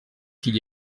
qu’il